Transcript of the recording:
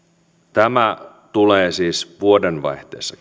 tämä tulee siis vuodenvaihteessa